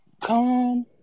Come